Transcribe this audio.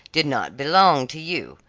did not belong to you,